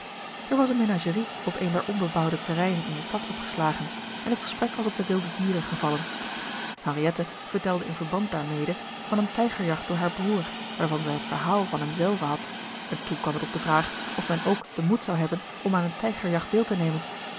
er was een menagerie op een der onbebouwde terreinen in de stad opgeslagen en het gesprek was op de wilde dieren gevallen henriette vertelde in verband daarmede van een tijgerjacht door haar broer waarvan zij het verhaal van hem zelven had en toen kwam het op de vraag of men ook den moed zou hebben om aan een tijgerjacht deel te nemen